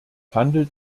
handelt